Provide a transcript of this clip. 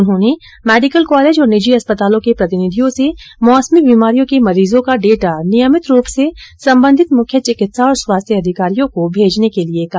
उन्होंने medical college और निजी अस्पतालों के प्रतिनिधियों से मौसमी बीमारियों के मरीजों का डेटा नियमित रूप से संबंधित मुख्य चिकित्सा और स्वास्थ्य अधिकारी को भेजने के लिये भी कहा